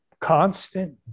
constant